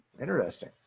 Interesting